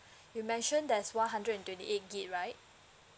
you mentioned there's one hundred and twenty eight gig right